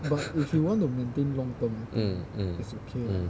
mm mm mm